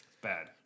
bad